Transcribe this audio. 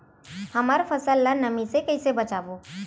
हमर फसल ल नमी से क ई से बचाबो?